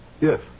Yes